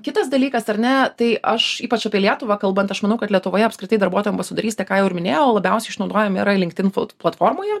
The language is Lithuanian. kitas dalykas ar ne tai aš ypač apie lietuvą kalbant aš manau kad lietuvoje apskritai darbuotojų ambasadorystė ką jau ir minėjau labiausiai išnaudojami yra linktin plat platformoje